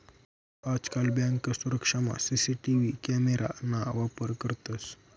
आजकाल बँक सुरक्षामा CCTV camera ना वापर करतंस